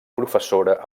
professora